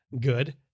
good